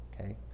okay